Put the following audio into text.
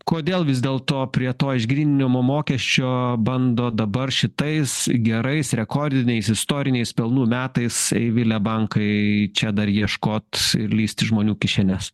kodėl vis dėlto prie to išgryninimo mokesčio bando dabar šitais gerais rekordiniais istoriniais pelnų metais eivile bankai čia dar ieškot ir lįst į žmonių kišenes